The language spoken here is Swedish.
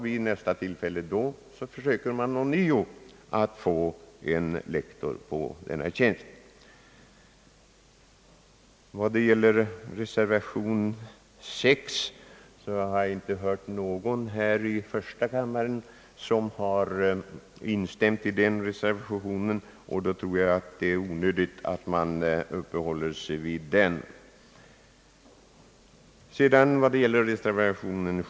Vid nästa tillfälle skall man dock ånyo, såsom ecklesiastikministern framhöll, försöka få en lektor på en sådan tjänst.